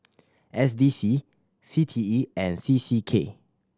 S D C C T E and C C K